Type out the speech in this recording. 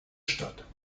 statt